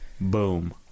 Boom